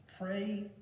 Pray